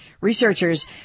Researchers